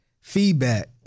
feedback